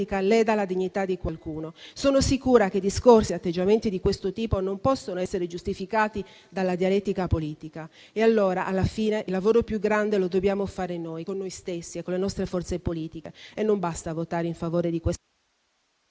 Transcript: leda la dignità di qualcuno e che discorsi e atteggiamenti di questo tipo non possano essere giustificati dalla dialettica politica. E allora, alla fine, il lavoro più grande lo dobbiamo fare noi con noi stessi e con le nostre forze politiche e non basta votare in favore di questo